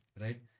right